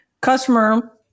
customer